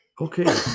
Okay